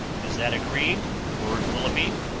is that agreed, lord willoughby?